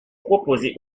proposé